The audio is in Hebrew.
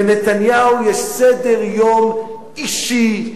לנתניהו יש סדר-יום אישי,